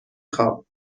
خوام